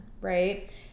right